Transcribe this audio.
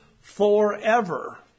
forever